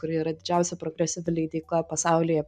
kuri yra didžiausia progresyvi leidykla pasaulyje